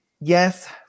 yes